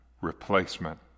replacement